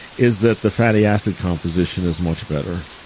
is that the fatty acid composition is much better.